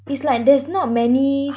it's like there's not many